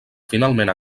finalment